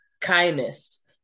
Kindness